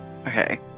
okay